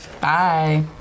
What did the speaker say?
Bye